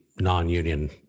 non-union